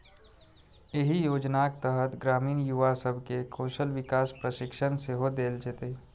एहि योजनाक तहत ग्रामीण युवा सब कें कौशल विकास प्रशिक्षण सेहो देल जेतै